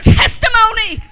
testimony